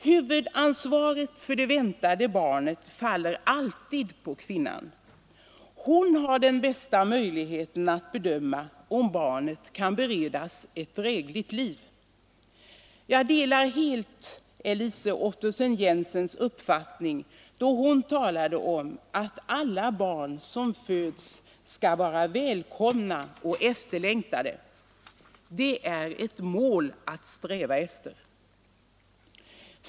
Huvudansvaret för det väntade barnet faller alltid på kvinnan. Hon har den bästa möjligheten att bedöma om barnet kan beredas ett drägligt liv. Jag delar helt Elise Ottesen-Jensens uppfattning, då hon talade om att alla barn som föds skall vara välkomna och efterlängtade. Det är ett mål att sträva efter.